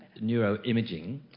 neuroimaging